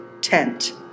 tent